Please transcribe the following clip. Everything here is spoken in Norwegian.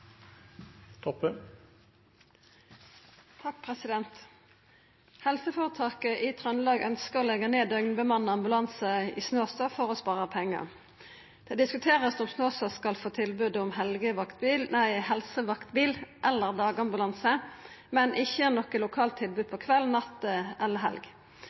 Trøndelag ønsker å legge ned døgnbemannet ambulanse i Snåsa for å spare penger. Det diskuteres om Snåsa skal få tilbud om helsevaktbil eller dagambulanse, men ikke noe lokalt tilbud på kveld, natt eller helg. Snåsa har heller ikke